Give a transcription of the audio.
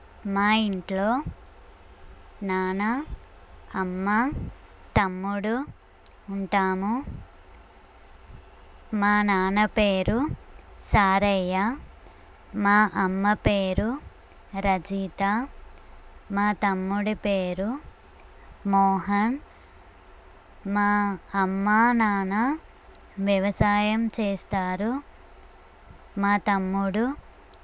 మా ఇంట్లో నాన్న అమ్మ తమ్ముడు ఉంటాము మా నాన్న పేరు సారయ్య మా అమ్మ పేరు రజిత మా తమ్ముడి పేరు మోహన్ మా అమ్మ నాన్న వ్యవసాయం చేస్తారు మా తమ్ముడు